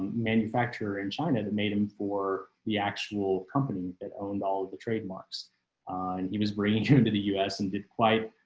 manufacturer in china that made them for the actual company that owned all the trademarks and he was bringing him to the us and did quite